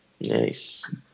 Nice